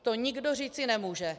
To nikdo říci nemůže.